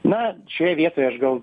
na šioje vietoje aš gal